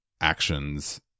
actions